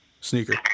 Sneaker